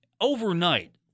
overnight